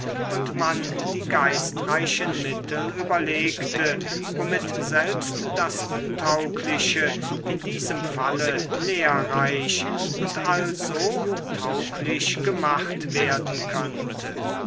und man die geistreichen mittel überlegte womit selbst das untaugliche in diesem falle lehrreich und also tauglich gemacht werden könnte